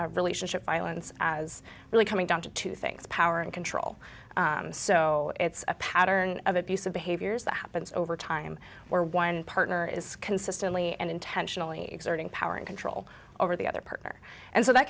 our relationship violence as really coming down to two things power and control so it's a pattern of abusive behaviors that happens over time where one partner is consistently and intentionally exerting power and control over the other partner and so that